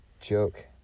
joke